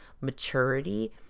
maturity